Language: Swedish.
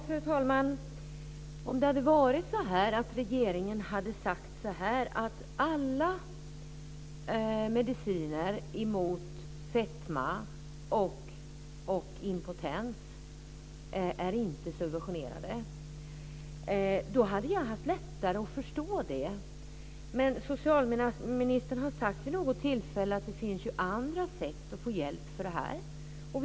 Fru talman! Om det hade varit så att regeringen hade sagt att inga mediciner mot fetma och impotens är subventionerade hade jag haft lättare att förstå. Men socialministern har sagt vid något tillfälle att det finns andra sätt att få hjälp för detta.